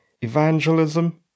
evangelism